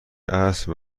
عصر